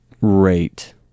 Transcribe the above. rate